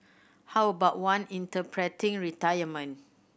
how about one interpreting retirement